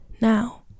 now